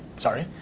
sorry.